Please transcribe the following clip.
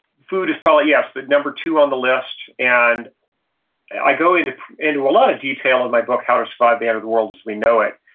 food is probably, yes, the number two on the list. and i go into into a lot of detail in my book how to survive the end of the world as we know it.